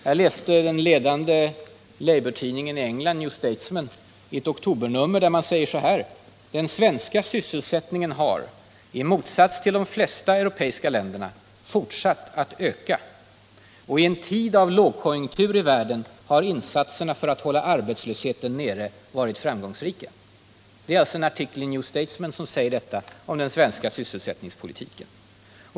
Jag läste sålunda i den ledande labourtidningens i England, New Statesman, oktobernummer följande: ”Den svenska sysselsättningen har, i motsats till de flesta europeiska länder, fortsatt att öka; och i en tid av lågkonjunktur i världen har insatserna för att hålla arbetslösheten nere varit framgångsrika”. Det är alltså en artikel i New Statesman som säger detta om den svenska sysselsättningspolitiken.